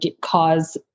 cause